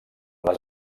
les